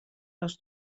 les